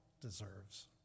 deserves